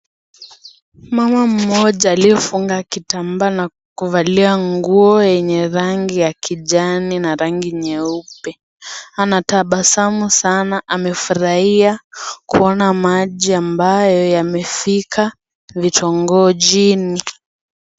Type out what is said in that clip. Mama mmoja aliyefunga kitambaa na kuvalia nguo yenye rangi ya kijani na rangi nyeupe. Anatabasamu sana, amefurahia kuona maji ambayo yamefika kitongojini.